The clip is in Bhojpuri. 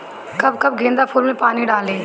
कब कब गेंदा फुल में पानी डाली?